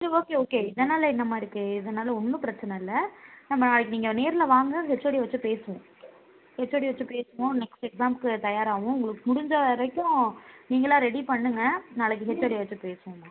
சரி okay okay இதனால் என்னமா இருக்குது இதனால் ஒன்றும் பிரச்சின இல்லை நம்ம நாளைக்கு நீங்கள் நேரில் வாங்க ஹெச்ஓடியை வச்சு பேசுவோம் ஹெச்ஓடியை வச்சு பேசுவோம் நெக்ஸ்ட் எக்ஸாம்க்கு தயாராவோம் உங்களுக்கு முடிஞ்ச வரைக்கும் நீங்களாக ரெடி பண்ணுங்க நாளைக்கு ஹெச்ஓடியை வச்சு பேசுவோம்மா